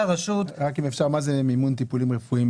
מה כולל המימון של טיפולים רפואיים?